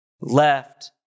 Left